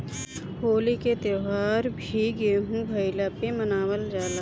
होली के त्यौहार भी गेंहू भईला पे मनावल जाला